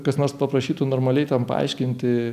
kas nors paprašytų normaliai ten paaiškinti